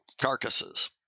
carcasses